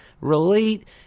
relate